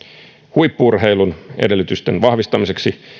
huippu urheilun edellytysten vahvistamiseksi